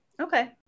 Okay